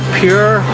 pure